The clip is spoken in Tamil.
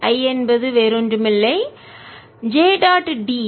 I என்பது வேறு ஒன்றுமில்லை J டாட் d a